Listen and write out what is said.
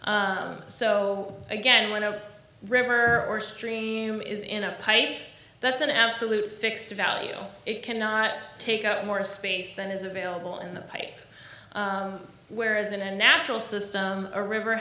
so again when a river or stream is in a pipe that's an absolute fixed value it cannot take up more space than is available in the pipe whereas in a natural system a river